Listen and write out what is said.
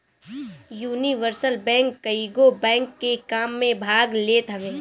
universal bank कईगो bank के काम में भाग लेत हवे